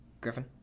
Griffin